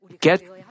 get